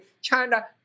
China